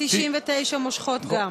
ו-99 מושכות גם.